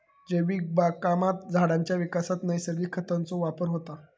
जैविक बागकामात झाडांच्या विकासात नैसर्गिक खतांचो वापर होता